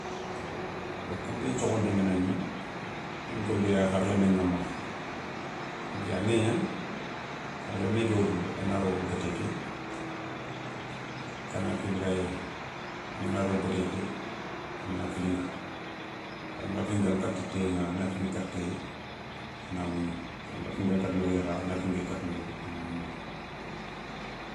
Yo konpén thiokhonté ngana gni ken nkonpé a kharlémé ηa makha kenke a néwé gnani, kharlémé ké woutou a na ro botté ké, canard ké bé gayé, angana ro botté ké a na filinka, anga filinkana katta téyé gna ana filinkana katta téyé a na wougni. séla nga filinkana katta nogué gna kha a na filinka katta nogué a na wougni.